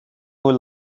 who